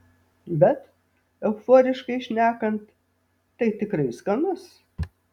bet euforiškai šnekant tai tikrai skanus